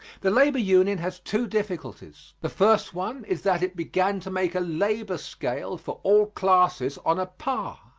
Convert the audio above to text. the labor union has two difficulties the first one is that it began to make a labor scale for all classes on a par,